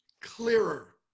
clearer